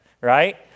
right